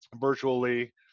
virtually